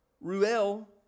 Ruel